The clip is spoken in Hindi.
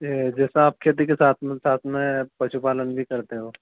ये जैसे आप खेती के साथ साथ में पशुपालन भी करते हो